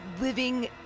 Living